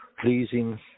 pleasing